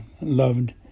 loved